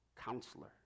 Counselor